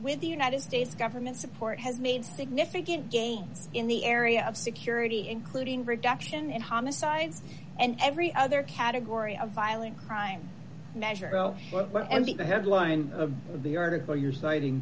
with the united states government support has made significant gains in the area of security including reduction in homicides and every other category of violent crime measure one m p the headline of the article you're citing